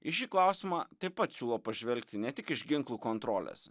į šį klausimą taip pat siūlo pažvelgti ne tik iš ginklų kontrolės